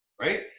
right